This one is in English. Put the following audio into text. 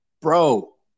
Bro